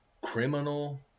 criminal